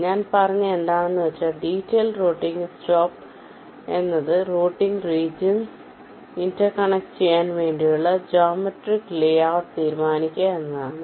ഞാൻ പറഞ്ഞത് എന്താണെന്നു വച്ചാൽ ഡീറ്റൈൽഡ് റൂട്ടിങ്ന്റെ സ്കോപ്പ് എന്നത് റൂട്ടിങ് റീജിയൻസ് ഇന്റർകണ്ണെക്ട ചെയ്യാൻ വേണ്ടിയുള്ള ജോമെട്രിക് ലേഔട്ട് തീരുമാനിക്കുക എന്നത് ആണ്